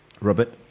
Robert